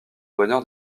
bonheur